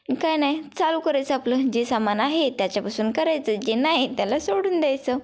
काही नाही चालू करायचं आपलं जे सामान आहे त्याच्यापासून करायचं जे नाही त्याला सोडून द्यायचं